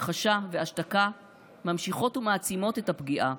הכחשה והשתקה ממשיכות ומעצימות את הפגיעה.